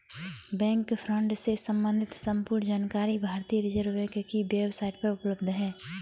bank fraud से सम्बंधित संपूर्ण जानकारी भारतीय रिज़र्व बैंक की वेब साईट पर उपलब्ध है